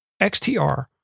XTR